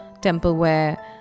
templeware